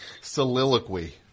soliloquy